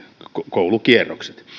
koulukierrokset